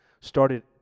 started